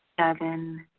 seven,